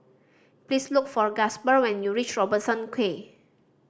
please look for Gasper when you reach Robertson Quay